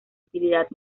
utilidad